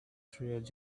through